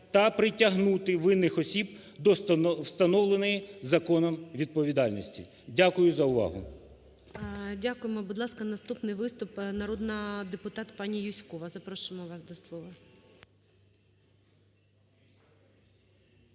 та притягнути винних осіб до встановленої законом відповідальності. Дякую за увагу. ГОЛОВУЮЧИЙ. Дякуємо. Будь ласка, наступний виступ, народний депутат пані Юзькова. Запрошуємо вас до слова.